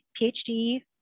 PhD